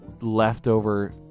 leftover